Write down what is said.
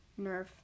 nerf